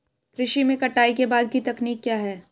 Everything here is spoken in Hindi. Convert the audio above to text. कृषि में कटाई के बाद की तकनीक क्या है?